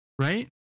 right